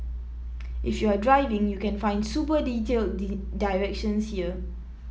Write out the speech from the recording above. if you're driving you can find super detailed directions here